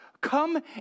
Come